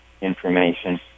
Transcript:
information